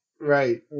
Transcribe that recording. Right